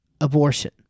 abortion